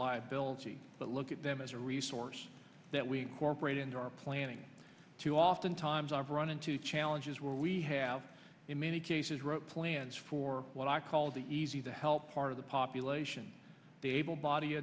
liability but look at them as a resource that we cooperate in our planning to oftentimes i've run into challenges where we have in many cases wrote plans for what i call the easy to help part of the population be able bod